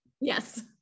Yes